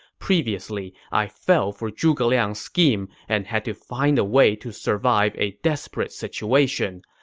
previously, i fell for zhuge liang's scheme and had to find a way to survive a desperate situation.